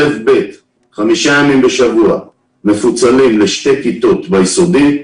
א'-ב' מפוצלים 5 ימים בשבוע לשתי כיתות ביסודי.